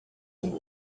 and